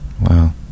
wow